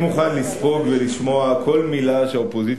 הוא, תגיב לפי סעיף 40 לתקנון, לא סעיף אחר.